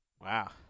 Wow